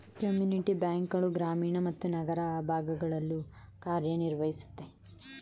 community bank ಗಳು ಗ್ರಾಮೀಣ ಮತ್ತು ನಗರ ಭಾಗಗಳಲ್ಲೂ ಕಾರ್ಯನಿರ್ವಹಿಸುತ್ತೆ